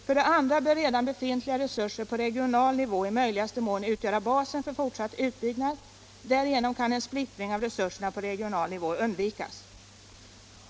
För det andra bör redan befintliga resurser på regional nivå i möjligaste mån utgöra basen för fortsatt utbyggnad. Därigenom kan en splittring av resurserna på regional nivå undvikas.